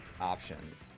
options